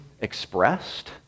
expressed